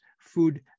food